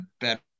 better